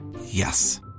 Yes